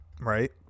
right